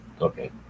okay